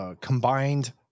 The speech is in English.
Combined